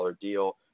deal